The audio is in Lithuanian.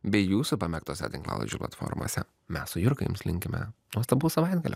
bei jūsų pamėgtose tinklalaidžių platformose mes su jurga jums linkime nuostabaus savaitgalio